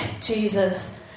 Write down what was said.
Jesus